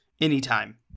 anytime